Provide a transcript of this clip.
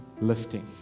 lifting